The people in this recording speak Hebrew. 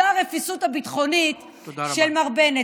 זו הרפיסות הביטחונית של מר בנט.